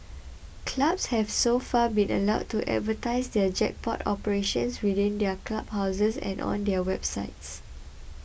clubs have so far been allowed to advertise their jackpot operations within their clubhouses and on their websites